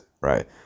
right